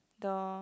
the